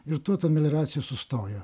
ir tuo ta melioracija sustojo